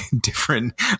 different